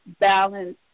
balance